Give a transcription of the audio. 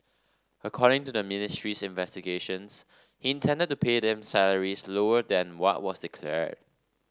according to the ministry's investigations he intended to pay them salaries lower than what was declared